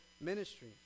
ministry